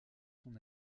son